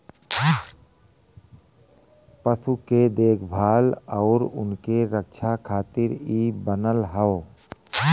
पशु के देखभाल आउर उनके रक्षा खातिर इ बनल हौ